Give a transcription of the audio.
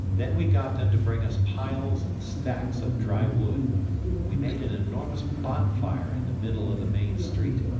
then we got them to bring us piles and stacks of dry wood and we made an enormous bonfire in the middle of the main street.